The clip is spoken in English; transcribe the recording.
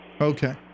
Okay